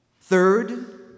Third